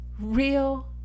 real